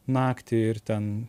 naktį ir ten